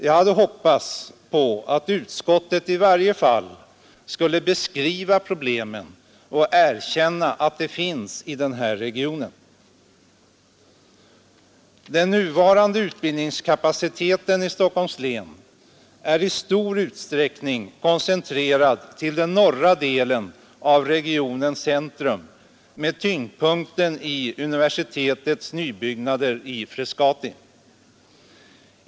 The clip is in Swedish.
Jag hade hoppats på att utskottet i varje fall skulle beskriva problemen och erkänna att de finns i den här regionen. Den nuvarande utbildningskapaciteten i Stockholms län är i stor utsträckning koncentrerad till den norra delen av regionens centrum med tyngdpunkten i universitetets nybyggnader i Frescati.